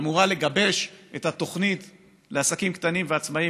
שאמורה לגבש את התוכנית לעסקים קטנים ועצמאיים,